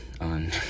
on